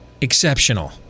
exceptional